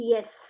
Yes